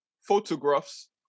photographs